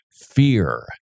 fear